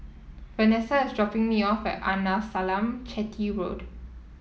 Vanessa is dropping me off at Arnasalam Chetty Road